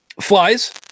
Flies